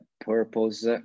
purpose